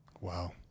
Wow